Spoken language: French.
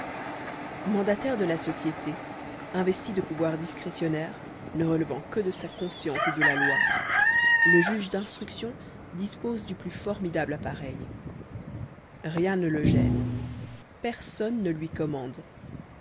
mandataire de la société investi de pouvoirs discrétionnaires ne relevant que de sa conscience et de la loi le juge d'instruction dispose du plus formidable appareil rien ne le gêne personne ne lui commande